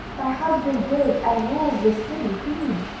my husband built and rules this city, thebes,